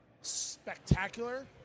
spectacular